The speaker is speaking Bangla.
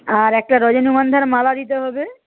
আর একটা রজনীগন্ধার মালা দিতে হবে